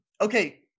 Okay